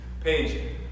page